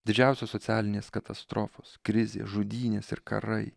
didžiausios socialinės katastrofos krizės žudynės ir karai